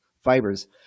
fibers